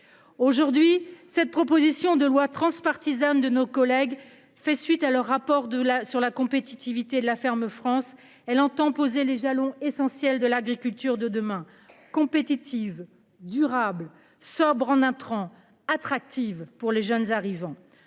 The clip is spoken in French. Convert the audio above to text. Aujourd'hui, cette proposition de loi transpartisane de nos collègues fait suite à leur rapport de la sur la compétitivité de la ferme France elle entend poser les jalons essentiels de l'agriculture de demain compétitive durable sobre en intrants attractive pour les jeunes arrivant